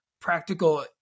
practical